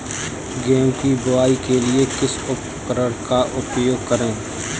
गेहूँ की बुवाई के लिए किस उपकरण का उपयोग करें?